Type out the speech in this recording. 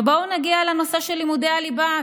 ובואו נגיע לנושא של לימודי הליבה.